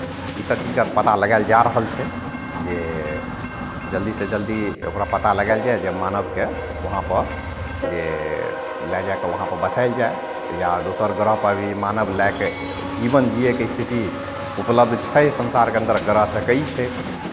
इसभ चीजके पता लगायल जा रहल छै जे जल्दीसँ जल्दी ओकरा पता लगायल जाय जे मानवकेँ वहाँपर जे लए जाय कऽ वहाँपर बसायल जाय या दोसर ग्रहपर भी मानव लए कऽ जीवन जियैके स्थिति उपलब्ध छै संसारके अन्दर ग्रह तऽ कई छै